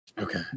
okay